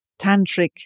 tantric